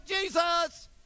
Jesus